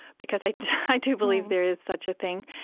because i i do believe there is such a thing.